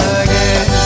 again